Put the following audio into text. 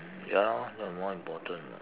ya lah that one more important [what]